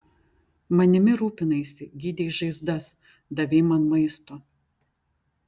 manimi rūpinaisi gydei žaizdas davei man maisto